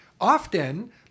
often